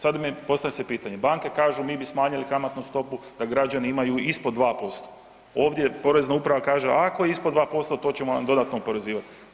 Sada se postavlja pitanje, banke kažu mi bi smanjili kamatnu stopu da građani imaju ispod 2%, ovdje Porezna uprava kaže ako je ispod 2% to ćemo vam dodatno oporezivati.